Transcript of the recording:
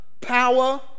power